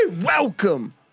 Welcome